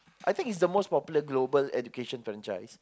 I think it's the most popular global education franchise